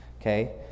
okay